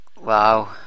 Wow